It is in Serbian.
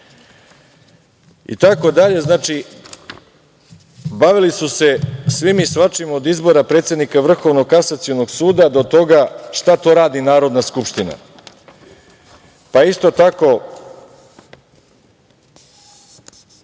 sa zakonom. Znači, bavili su se svim i svačim, od izbora predsednika Vrhovnog kasacionog suda, do toga šta to radi Narodna skupština. Pa isto tako